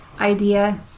idea